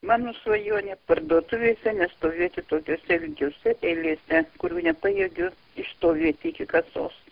mano svajonė parduotuvėse nestovėti tokiose ilgiose eilėse kurių nepajėgiu išstovėti iki kasos